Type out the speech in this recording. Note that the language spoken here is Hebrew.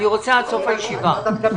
עד סוף הישיבה.